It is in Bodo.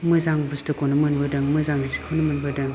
मोजां बुस्थुखौनो मोनबोदों मोजां जिखौनो मोनबोदों